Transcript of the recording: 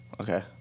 Okay